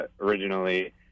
originally